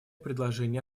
предложение